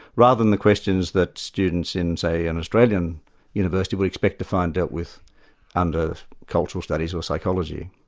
rather than the questions that students in, say, an australian university will expect to find dealt with under cultural studies or psychology.